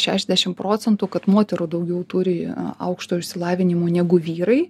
šešiadešim procentų kad moterų daugiau turi aukšto išsilavinimo negu vyrai